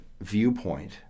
viewpoint